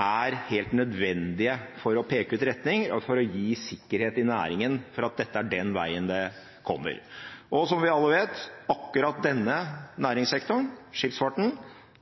er helt nødvendig for å peke ut retning og for å gi sikkerhet i næringen for at dette er den veien det kommer. Som vi alle vet, er akkurat denne næringssektoren – skipsfarten